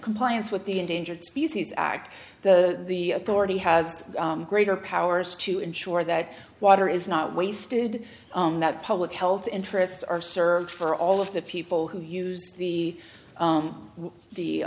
compliance with the endangered species act the authority has greater powers to ensure that water is not wasted on that public health interests are served for all of the people who use the